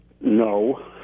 no